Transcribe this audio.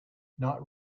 not